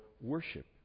worship